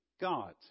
God